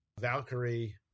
Valkyrie